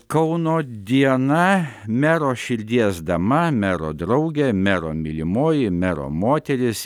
kauno diena mero širdies dama mero draugė mero mylimoji mero moteris